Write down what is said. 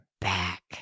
back